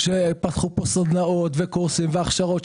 פתחו פה סדנאות וקורסם והכשרות.